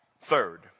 third